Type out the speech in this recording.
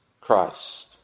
Christ